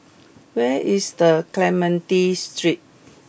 where is the Clementi Street